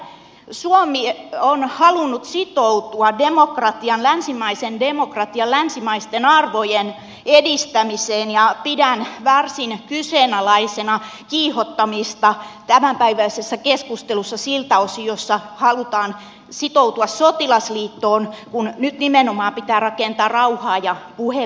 suomi on halunnut sitoutua demokratian länsimaisen demokratian länsimaisten arvojen edistämiseen ja pidän tämänpäiväisessä keskustelussa varsin kyseenalaisena kiihottamista siltä osin että halutaan sitoutua sotilasliittoon kun nyt nimenomaan pitää rakentaa rauhaa ja puhevälejä